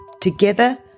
Together